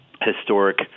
historic